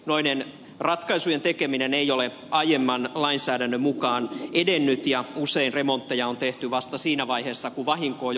noiden ratkaisujen tekeminen ei ole aiemman lainsäädännön mukaan edennyt ja usein remontteja on tehty vasta siinä vaiheessa kun vahinko on jo koitunut